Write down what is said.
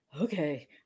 okay